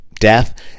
death